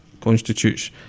constitutes